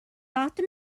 often